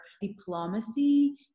diplomacy